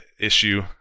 Issue